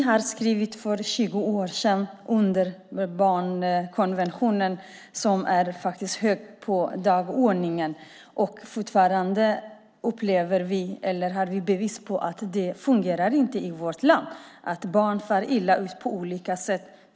Herr talman! För 20 år sedan skrev vi under barnkonventionen, och vi har fortfarande bevis på att den inte följs i vårt land. Barn far illa på olika sätt.